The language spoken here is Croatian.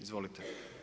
Izvolite.